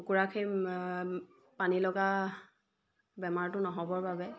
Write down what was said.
কুকুৰাক সেই পানীলগা বেমাৰটো নহ'বৰ বাবে